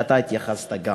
וגם אתה התייחסת לזה.